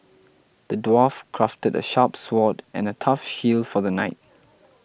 the dwarf crafted a sharp sword and a tough shield for the knight